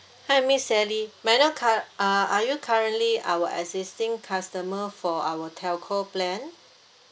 hi miss sally may I know curr~ uh are you currently our existing customer for our telco plan